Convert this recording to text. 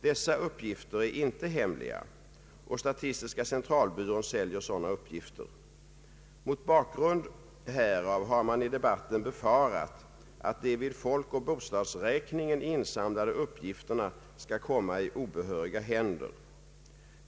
Dessa uppgifter är inte hemliga, och statistiska centralbyrån säljer sådana uppgifter. Mot bakgrund härav har man i debatten befarat att de vid folkoch bostadsräkningen insamlade uppgifterna skall komma i obehöriga händer.